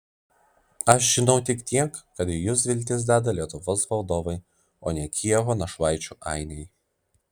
aš žinau tik tiek kad į jus viltis deda lietuvos valdovai o ne kijevo našlaičių ainiai